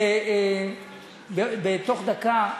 בתוך דקה.